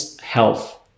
health